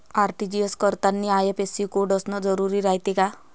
RTGS करतांनी IFSC code असन जरुरी रायते का?